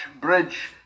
Bridge